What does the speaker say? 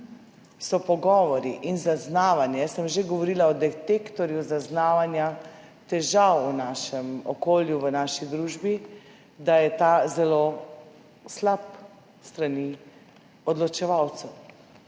so pogovori in zaznavanje, jaz sem že govorila o detektorju zaznavanja težav v našem okolju, v naši družbi, da je ta zelo slab s strani odločevalcev,